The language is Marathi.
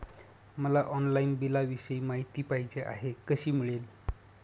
मला ऑनलाईन बिलाविषयी माहिती पाहिजे आहे, कशी मिळेल?